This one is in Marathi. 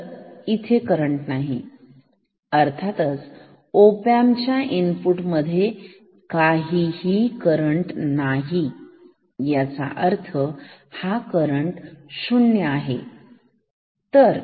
तर इथे करंट नाही अर्थातच ओपॅम्प च्या इनपुट मध्ये काहीही करंट नाही याचा अर्थ हा करंट शून्य आहे